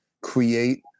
create